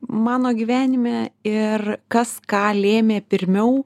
mano gyvenime ir kas ką lėmė pirmiau